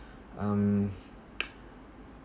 um